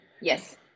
Yes